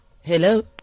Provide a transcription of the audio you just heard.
Hello